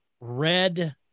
red